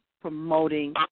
promoting